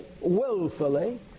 willfully